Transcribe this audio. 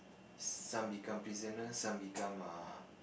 some become prisoner some become err